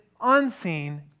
unseen